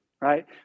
right